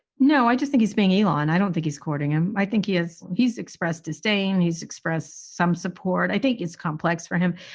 no, i just think he's being elong. i don't think he's courting him. i think he is. he's expressed disdain. he's expressed some support. i think it's complex for him.